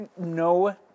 No